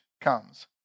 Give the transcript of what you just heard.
comes